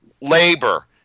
labor